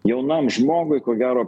jaunam žmogui ko gero